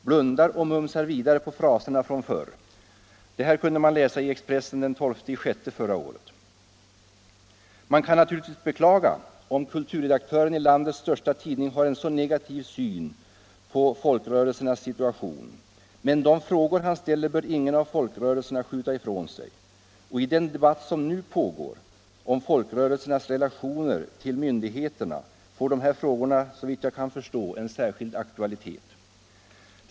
Blundar och mumsar vidare på fraserna från förr?” Detta kunde man läsa i Expressen av den 12 juni förra året. Man kan naturligtvis beklaga att kulturredaktören i landets största tidning har en så negativ syn på folkrörelsernas situation. Men de frågor han ställer bör ingen av folkrörelserna skjuta ifrån sig. Och i den debatt som nu pågår om folkrörelsernas relationer till myndigheterna får dessa frågor såvitt jag kan förstå särskild aktualitet.